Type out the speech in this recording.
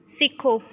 ਸਿੱਖੋ